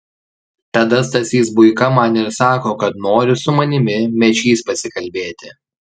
tada stasys buika man ir sako kad nori su manimi mečys pasikalbėti